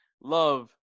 love